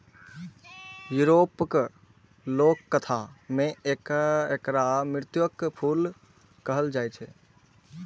यूरोपक लोककथा मे एकरा मृत्युक फूल कहल जाए छै